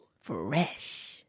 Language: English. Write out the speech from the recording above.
Fresh